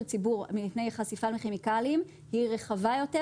ציבור מפני חשיפה לכימיקלים היא רחבה יותר,